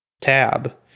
tab